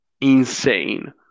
insane